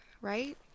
right